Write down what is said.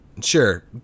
Sure